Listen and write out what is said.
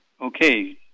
Okay